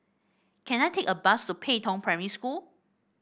can I take a bus to Pei Tong Primary School